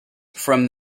from